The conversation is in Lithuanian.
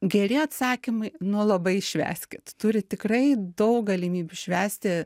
geri atsakymai nu labai švęskit turit tikrai daug galimybių švęsti